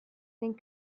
ning